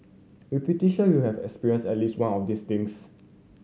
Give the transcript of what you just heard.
we're pretty sure you have experienced at least one of these things